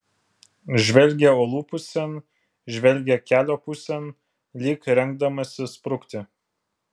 žvelgia uolų pusėn žvelgia kelio pusėn lyg rengdamasis sprukti